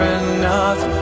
enough